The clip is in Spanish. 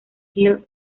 hill